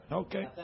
okay